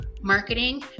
marketing